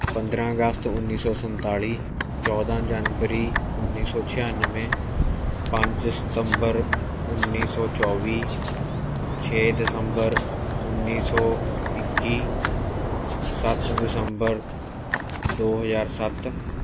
ਪੰਦਰਾਂ ਅਗਸਤ ਉੱਨੀ ਸੌ ਸੰਤਾਲੀ ਚੌਦਾਂ ਜਨਵਰੀ ਉੱਨੀ ਸੌ ਛਿਆਨਵੇਂ ਪੰਜ ਸਤੰਬਰ ਉੱਨੀ ਸੌ ਚੌਵੀ ਛੇ ਦਸੰਬਰ ਉੱਨੀ ਸੌ ਇੱਕੀ ਸੱਤ ਦਸੰਬਰ ਦੋ ਹਜ਼ਾਰ ਸੱਤ